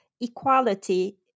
equality